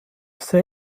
see